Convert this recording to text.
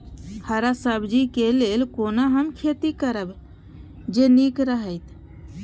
हरा सब्जी के लेल कोना हम खेती करब जे नीक रहैत?